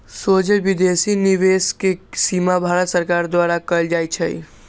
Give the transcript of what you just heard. सोझे विदेशी निवेश के सीमा भारत सरकार द्वारा कएल जाइ छइ